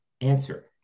answer